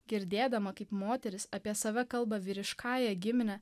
girdėdama kaip moteris apie save kalba vyriškąja gimine